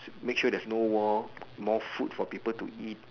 make sure there's no war more food for people to eat